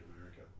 America